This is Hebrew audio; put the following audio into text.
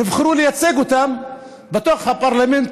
והם נבחרו לייצג אותם בתוך הפרלמנט,